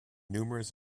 numerous